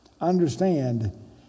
understand